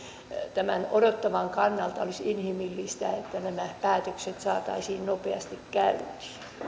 tämän odottavan kannalta olisi inhimillistä että nämä päätökset saataisiin nopeasti